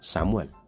Samuel